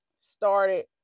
started